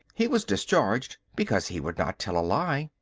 he was discharged because he would not tell a lie.